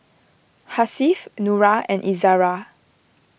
Hasif Nura and Izara